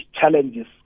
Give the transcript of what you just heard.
challenges